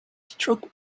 struck